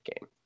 game